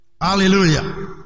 Hallelujah